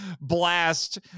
blast